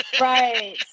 right